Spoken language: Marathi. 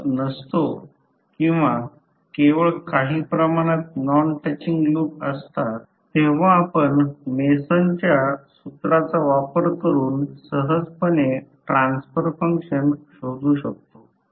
तर पुढे असे समजा की ज्यामध्ये दोन कॉइल मुच्युअल इंडक्टन्समध्ये आहेत M21 हा कॉइल 2 चा कॉइल 1 च्या संदर्भात मुच्युअल इंडक्टन्स आहे